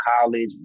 college